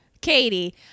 Katie